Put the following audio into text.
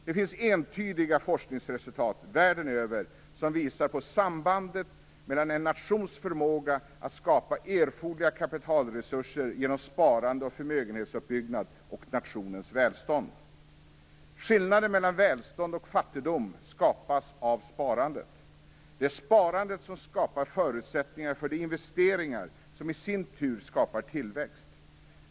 Det finns entydiga forskningsresultat världen över som visar på sambandet mellan en nations förmåga att skapa erforderliga kapitalresurser genom sparande och förmögenhetsuppbyggnad och nationens välstånd. Skillnaden mellan välstånd och fattigdom skapas av sparandet. Det är sparandet som skapar förutsättningarna för de investeringar som i sin tur skapar tillväxt.